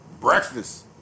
breakfast